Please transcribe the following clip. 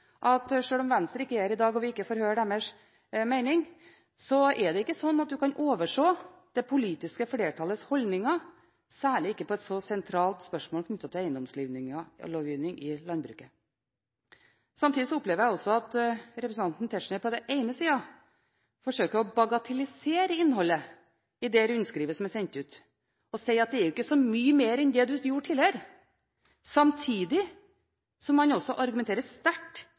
at sjøl om Venstre ikke er her i dag, og vi ikke får høre deres mening, er det ikke slik at en kan overse det politiske flertallets holdninger, særlig ikke til et så sentralt spørsmål knyttet til eiendomslovgivning i landbruket. Jeg opplever også at representanten Tetzschner på den ene siden forsøker å bagatellisere innholdet i det rundskrivet som er sendt ut, ved å si at det er jo ikke så mye mer enn det man gjorde tidligere, samtidig som han argumenterer sterkt